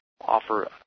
offer